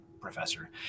professor